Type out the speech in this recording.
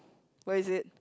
where is it